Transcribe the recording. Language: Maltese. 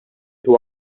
huwa